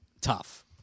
tough